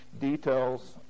details